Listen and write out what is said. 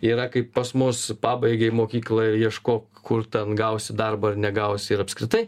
yra kaip pas mus pabaigei mokyklą ieškok kur ten gausi darbą ar negausi ir apskritai